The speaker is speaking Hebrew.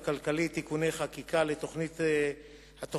ניסיונית לכמה יישובים בארץ לתוכנית קבועה